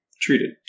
Treated